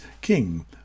king